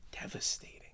devastating